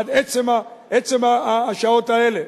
ועד עצם השעות האלה.